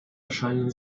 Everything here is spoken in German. erscheinen